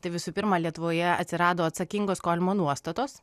tai visų pirma lietuvoje atsirado atsakingo skolinimo nuostatos